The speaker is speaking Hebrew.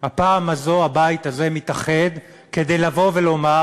הפעם הזו הבית הזה מתאחד כדי לבוא ולומר